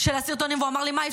של הסרטונים והוא אמר לי: מאי,